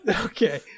okay